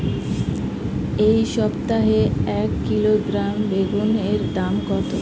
এই সপ্তাহে এক কিলোগ্রাম বেগুন এর দাম কত?